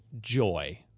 joy